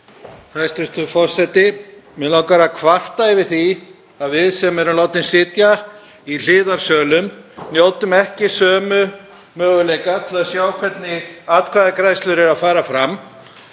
Hæstv. forseti. Mig langar að kvarta yfir því að við sem erum látin sitja í hliðarsölum njótum ekki sömu möguleika á að sjá hvernig atkvæðagreiðslur fara fram.